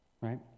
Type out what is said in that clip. Right